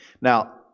Now